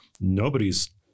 nobody's